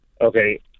Okay